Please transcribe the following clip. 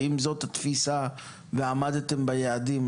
ואם זאת התפיסה ועמדתם ביעדים,